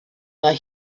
mae